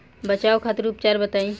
बचाव खातिर उपचार बताई?